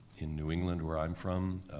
in new england, where i'm from,